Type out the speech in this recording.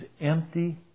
empty